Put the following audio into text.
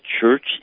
Church